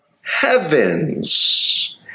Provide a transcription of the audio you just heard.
heavens